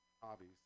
Hobbies